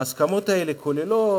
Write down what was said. ההסכמות האלה כוללות,